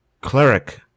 cleric